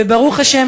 וברוך השם,